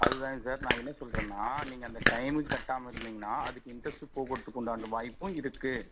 அதுதாங்க சார் நான் என்ன சொல்றேன்னா நீங்கள் அந்த டைமுக்கு கட்டாமல் இருந்தீங்கன்னால் அதுக்கு இன்ட்ரெஸ்ட்டு போக்குறத்துக்குண்டான வாய்ப்பும் இருக்குது